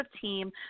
team